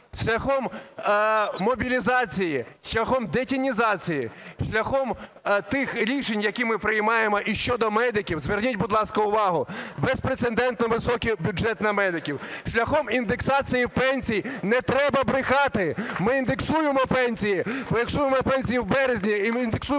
шляхом мобілізації, шляхом детінізації, шляхом тих рішень, які ми приймаємо: і щодо медиків (зверніть, будь ласка, увагу, безпрецедентно високий бюджет на медиків), шляхом індексації пенсій. Не треба брехати, ми індексуємо пенсії, індексуємо пенсії в березні, і ми індексуємо пенсії